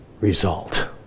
result